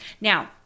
Now